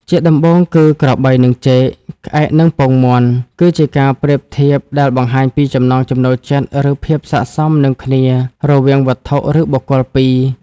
ជាដំបូងគឺ ក្របីនឹងចេក ក្អែកនឹងពងមាន់ គឺជាការប្រៀបធៀបដែលបង្ហាញពីចំណង់ចំណូលចិត្ត ឬភាពសក្ដិសមនឹងគ្នារវាងវត្ថុ ឬបុគ្គលពីរ។